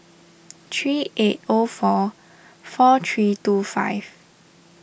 three eight O four four three two five